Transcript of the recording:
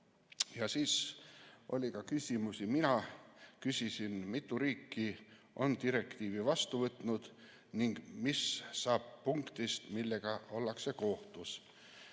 Ja siis oli ka küsimusi. Mina küsisin, mitu riiki on direktiivi üle võtnud ning mis saab punktist, millega ollakse kohtus.